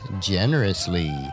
generously